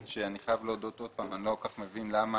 ואני חייב להודות שאני לא כל כך מבין למה